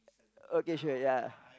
okay sure ya